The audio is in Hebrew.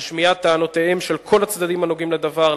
על שמיעת טענותיהם של כל הצדדים הנוגעים בדבר,